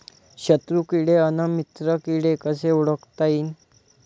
शत्रु किडे अन मित्र किडे कसे ओळखता येईन?